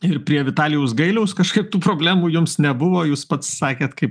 ir prie vitalijaus gailiaus kažkaip tų problemų jums nebuvo jūs pats sakėt kaip